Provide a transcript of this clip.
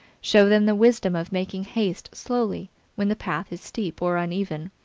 show them the wisdom of making haste slowly when the path is steep or uneven,